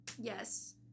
Yes